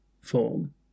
form